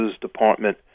Department